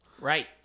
Right